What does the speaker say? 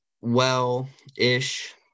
well-ish